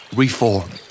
reform